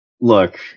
Look-